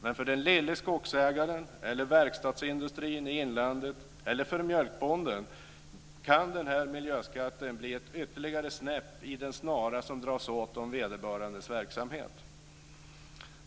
Men för den lille skogsägaren, verkstadsindustrin i inlandet eller mjölkbonden kan den här miljöskatten bli ytterligare ett snäpp i den snara som dras åt om vederbörandes verksamhet.